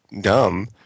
dumb